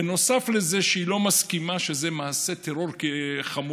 בנוסף לזה שהיא לא מסכימה שזה מעשה טרור חמור,